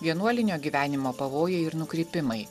vienuolinio gyvenimo pavojai ir nukrypimai